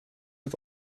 het